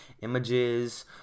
images